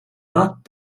not